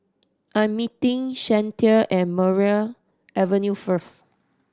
I'm meeting Shantell at Maria Avenue first